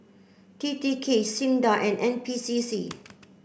T T K SINDA and N P C C